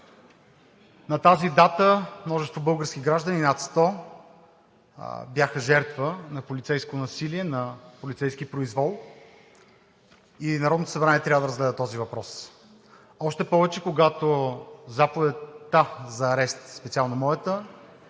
На тази дата множество български граждани – над 100, бяха жертва на полицейско насилие, на полицейски произвол и Народното събрание трябва да разгледа този въпрос. Още повече, когато заповедта за арест – специално моята,